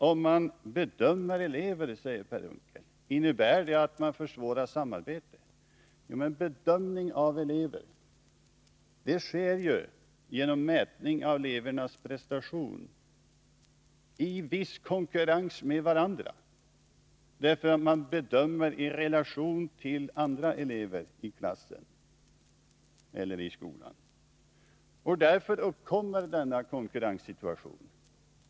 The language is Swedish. Om man bedömer elever, säger Per Unckel, innebär det inte att man försvårar samarbetet. Men bedömning av elever sker ju genom mätning av elevernas prestationer i viss konkurrens dem emellan — man bedömer en elev i relation till andra elever i klassen eller i skolan. Därför uppkommer en konkurrenssituation.